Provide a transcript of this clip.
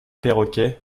perroquet